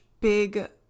big